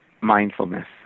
mindfulness